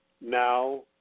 now